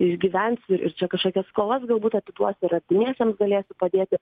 išgyvensiu ir čia kažkokie skolas galbūt atiduosiu ir artimiesiem galėsiu padėti